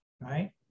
right